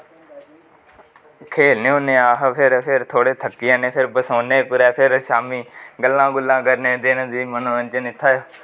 खेलने होन्ने अस फिर फिर थोह्ड़े थक्की जन्ने फिर बसोने कुदरे फिर शामींं गल्ला गुल्ला करने दिन दी मनोंरजन इत्थै